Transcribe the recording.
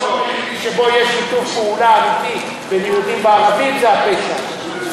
המקום שבו יש שיתוף פעולה אמיתי בין יהודים וערבים זה הפשע.